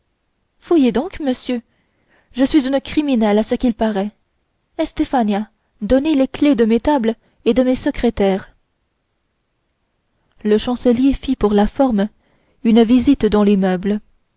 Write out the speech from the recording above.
fouillez donc monsieur je suis une criminelle à ce qu'il paraît estefania donnez les clefs de mes tables et de mes secrétaires le chancelier fit pour la forme une visite dans les meubles